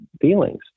feelings